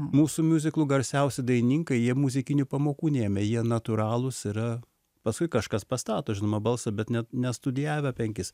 mūsų miuziklų garsiausi dainininkai jie muzikinių pamokų neėmė jie natūralūs yra paskui kažkas pastato žinoma balsą bet net nestudijavę penkis